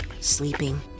sleeping